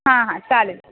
हां हां चालेल